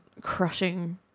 crushing